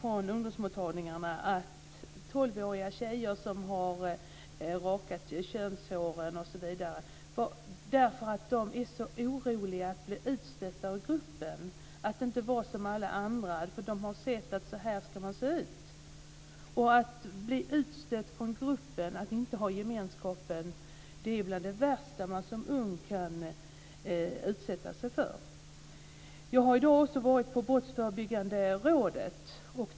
På ungdomsmottagningarna kan man berätta om tolvåriga tjejer som har rakat könshåren därför att de är så oroliga för att bli utstötta ur gruppen - att inte vara som alla andra. De har sett att så ska de se ut. Att bli utstött från gruppen, att inte vara med i gemenskapen, är bland det värsta en ung person kan utsättas för. Jag har i dag varit på Brottsförebyggande rådet.